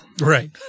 Right